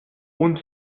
und